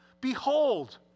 Behold